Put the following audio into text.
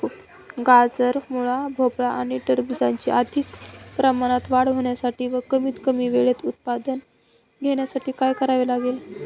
गाजर, मुळा, भोपळा आणि टरबूजाची अधिक प्रमाणात वाढ होण्यासाठी व कमीत कमी वेळेत उत्पादन घेण्यासाठी काय करावे लागेल?